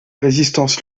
résistance